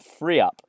FreeUp